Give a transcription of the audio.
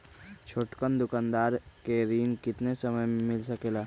छोटकन दुकानदार के ऋण कितने समय मे मिल सकेला?